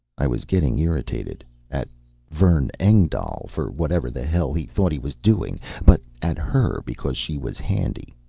i was getting irritated at vern engdahl, for whatever the hell he thought he was doing but at her because she was handy.